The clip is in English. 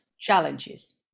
challenges